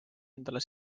endale